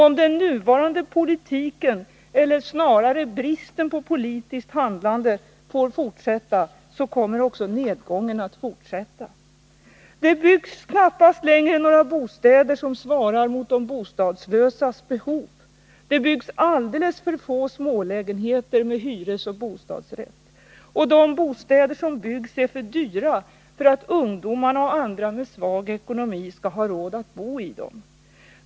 Om den nuvarande politiken — eller snarare bristen på politiskt handlande — får fortsätta, kommer också nedgången att fortsätta. Det byggs knappast längre några bostäder som svarar mot de bostadslösas behov. Det byggs alldeles för få smålägenheter med hyresoch bostadsrätt. De bostäder som byggs är för dyra för att ungdomar och andra med svag ekonomi skall ha råd att bo i dem.